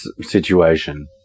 situation